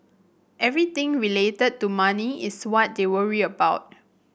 everything related to money is what they worry about